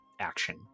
action